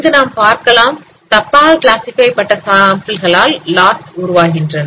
இங்கு நாம் பார்க்கலாம் தப்பாக கிளாசிஃபை செய்யப்பட்ட சாம்பிள்கள் லாஸ் உருவாக்குகின்றன